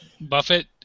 Buffett